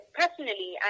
personally